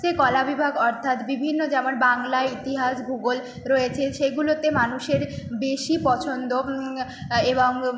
সেই কলাবিভাগ অর্থাৎ বিভিন্ন যেমন বাংলা ইতিহাস ভূগোল রয়েছে সেগুলোতে মানুষের বেশি পছন্দ এবং